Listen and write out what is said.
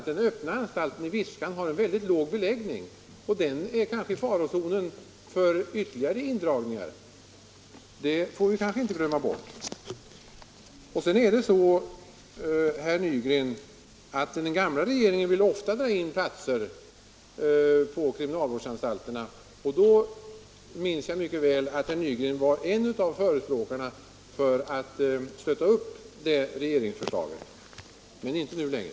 Den öppna anstalten i Viskan har en väldigt låg beläggning och är kanske därför också i farozonen för indragning, det får vi inte glömma bort. Den gamla regeringen ville ofta dra in platser på kriminalvårdsanstalterna. Jag minns mycket väl att herr Nygren då var en av förespråkarna för regeringsförslagen. Men det är han inte nu längre.